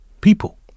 People